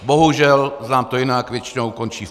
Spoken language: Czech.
Bohužel znám to jinak, většinou končí v pekle.